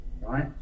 Right